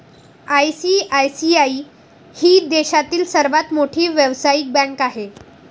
ICICI ही देशातील सर्वात मोठी व्यावसायिक बँक आहे